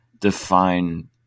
define